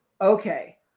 okay